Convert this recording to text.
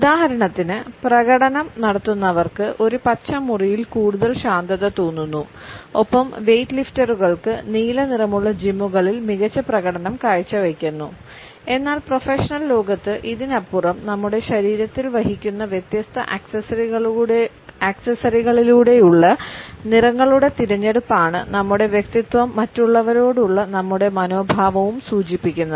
ഉദാഹരണത്തിന് പ്രകടനം നടത്തുന്നവർക്ക് ഒരു പച്ച മുറിയിൽ കൂടുതൽ ശാന്തത തോന്നുന്നു ഒപ്പം വെയ്റ്റ് ലിഫ്റ്ററുകൾ നീല നിറമുള്ള ജിമ്മുകളിൽ മികച്ച പ്രകടനം കാഴ്ചവയ്ക്കുന്നു എന്നാൽ പ്രൊഫഷണൽ ലോകത്ത് ഇതിനപ്പുറം നമ്മുടെ ശരീരത്തിൽ വഹിക്കുന്ന വ്യത്യസ്ത ആക്സസറികളിലൂടെയുള്ള നിറങ്ങളുടെ തിരഞ്ഞെടുപ്പാണ് നമ്മുടെ വ്യക്തിത്വവും മറ്റുള്ളവരോടുള്ള നമ്മുടെ മനോഭാവവും സൂചിപ്പിക്കുന്നത്